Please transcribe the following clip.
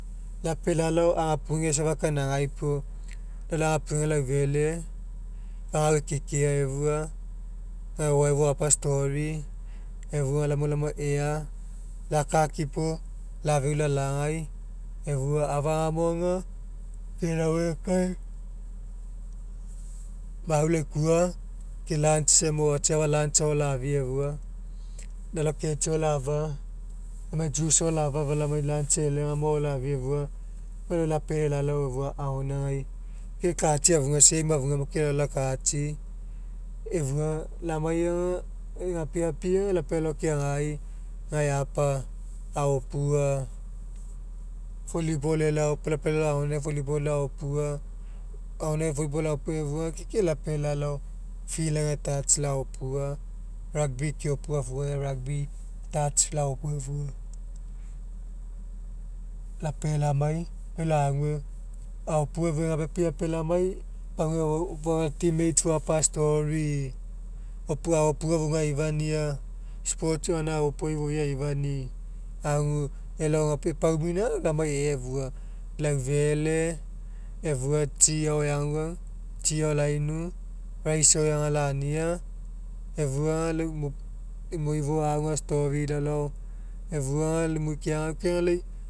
Lapealai lalao agapuge safa kinagai puo lalao agapugeai laufele fagau ekekea efua gae o'oae fou apa a'story efua lamue lamai ea lakakipo lafeu lalagai efua afagamo aga ke lauegekae mau laikua ke lunch wmo atsiafa lunch ao lafia efua lalao ketsi ao la'afa lamai juice ao la'afa efua lamai lunch e'elegamo ao lafia efua lau lapealai lalao efua agoainagai ke katsi afuga same afugamo ke lalao la katsai efua lamai aga egapigapi aga lapealai lalao keagai gae apa aopua volleyball wlao puo lapealai lalao agoainagai volleyball aopua agoainagai volleyball aopua efua aga ke lapealai lalao field ai gae touch laopua rugby keopua afuga gae rugby touch laopua efua lapealai lamai lau lague aopua efua egapigapi lapealai lamai paguai team mates fou apa a'story opua aopua fouga aifania sports gaina aopua foui aifanii agua elao gapi epaumina aga lamai ea efua laufele efua tsi ao eaguau tsi ao lainu rice agao lania efua aga lau mo fou agu a'story laolao efua aga lai imoi keagaukae aga lai